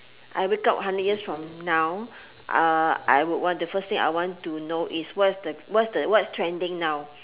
I wake up hundred years from now I want the first thing I want to know is what's the what's the what's trending now